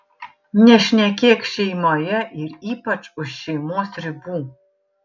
nešnekėk šeimoje ir ypač už šeimos ribų